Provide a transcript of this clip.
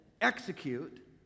execute